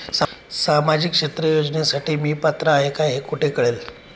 सामाजिक क्षेत्र योजनेसाठी मी पात्र आहे का हे कुठे कळेल?